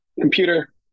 computer